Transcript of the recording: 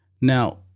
Now